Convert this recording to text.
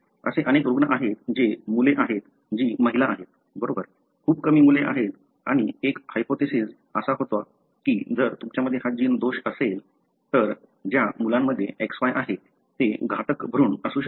असे अनेक रुग्ण आहेत जे मुले आहेत जी महिला आहेत बरोबर खूप कमी मुले आहेत आणि एक हायपोथेसिस असा होता की जर तुमच्यामध्ये हा जीन दोष असेल तर ज्या मुलांमध्ये XY आहे ते घातक भ्रूण असू शकते